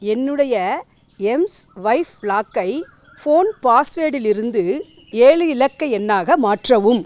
என்னுடைய எம்ஸ்வைப் லாக்கை ஃபோன் பாஸ்வேடிலிருந்து ஏழு இலக்கு எண்ணாக மாற்றவும்